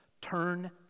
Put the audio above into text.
turn